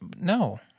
no